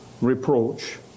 reproach